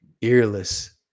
earless